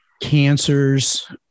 cancers